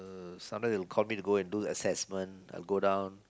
sometimes they will call me to go and do the assessment I would go down